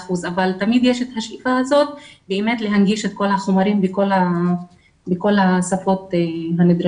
ב-100% אבל תמיד יש את השאיפה להנגיש את כל החומרים בכל השפות הנדרשות,